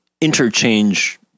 interchange